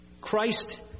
Christ